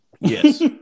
Yes